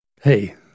Hey